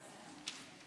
הבטחת כספי הפיקדון),